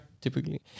typically